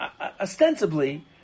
ostensibly